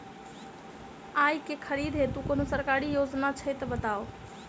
आइ केँ खरीदै हेतु कोनो सरकारी योजना छै तऽ बताउ?